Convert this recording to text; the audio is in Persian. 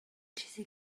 چیزی